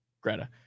Greta